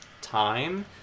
time